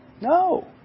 No